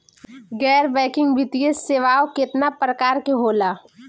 गैर बैंकिंग वित्तीय सेवाओं केतना प्रकार के होला?